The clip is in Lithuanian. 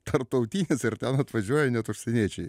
tarptautinis ir ten atvažiuoja net užsieniečiai